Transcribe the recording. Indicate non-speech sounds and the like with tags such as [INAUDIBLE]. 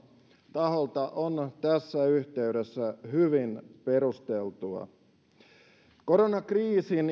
taholta on tässä yhteydessä hyvin perusteltua koronakriisin [UNINTELLIGIBLE]